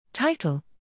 Title